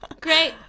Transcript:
Great